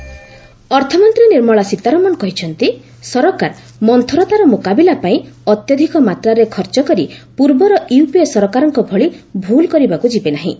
ସୀତାରମଣ ଅର୍ଥମନ୍ତ୍ରୀ ନିର୍ମଳା ସୀତାରମଣ କହିଛନ୍ତି ସରକାର ମନ୍ଥରତାର ମୁକାବିଲା ପାଇଁ ଅତ୍ୟଧିକ ମାତ୍ରାରେ ଖର୍ଚ୍ଚ କରି ପୂର୍ବର ୟୁପିଏ ସରକାରଙ୍କ ଭଳି ଭୁଲ କରିବାକୁ ଯିବେ ନାହିଁ